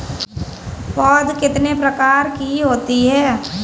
पौध कितने प्रकार की होती हैं?